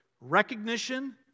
recognition